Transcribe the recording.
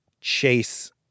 chase